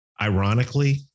ironically